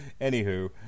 Anywho